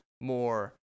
more